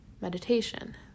meditation